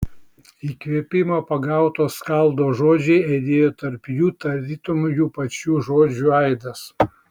įkvėpimo pagauto skaldo žodžiai aidėjo tarp jų tarytum jų pačių žodžių aidas